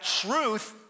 truth